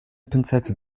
pinzette